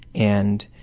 and